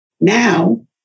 Now